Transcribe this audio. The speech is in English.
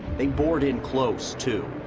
they bored in close too.